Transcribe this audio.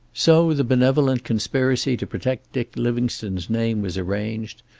so the benevolent conspiracy to protect dick livingstone's name was arranged,